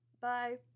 Bye